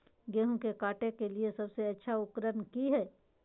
गेहूं के काटे के लिए सबसे अच्छा उकरन की है?